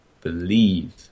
believe